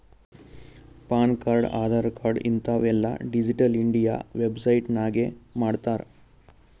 PAN card, Aadhaar card ಹಿಂತಾವ್ ಎಲ್ಲಾ digital India website ನಾಗೆ ಮಾಡ್ತಾರ್